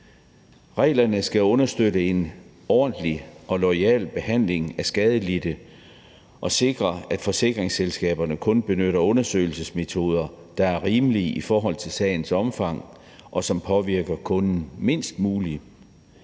Reglerne skal understøtte en ordentlig og loyal behandling af skadelidte og sikre, at forsikringsselskaberne kun benytter undersøgelsesmetoder, der er rimelige i forhold til sagens omfang, og som påvirker kunden mindst muligt.